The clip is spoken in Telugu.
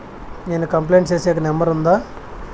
నేను కంప్లైంట్ సేసేకి నెంబర్ ఉందా?